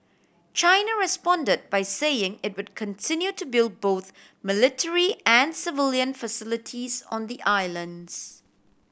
China responded by saying it would continue to build both military and civilian facilities on the islands